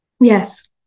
Yes